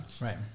right